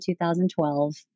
2012